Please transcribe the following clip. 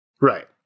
Right